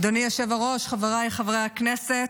אדוני היושב-ראש, חבריי חברי הכנסת,